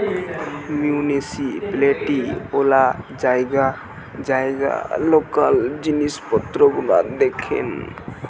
municipality গুলা জায়গায় জায়গায় লোকাল জিনিস পত্র গুলা দেখেন